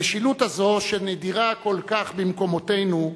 המשילות הזאת, שנדירה כל כך במקומותינו,